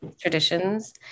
traditions